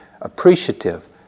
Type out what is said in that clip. appreciative